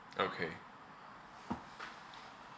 okay